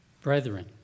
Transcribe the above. brethren